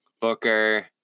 Booker